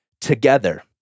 together